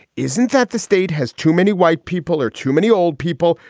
isn't that the state has too many white people or too many old people?